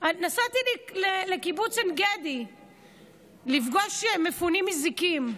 נסעתי לקיבוץ עין גדי לפגוש מפונים מזיקים.